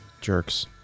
Jerks